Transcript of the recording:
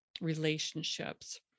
relationships